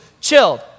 chilled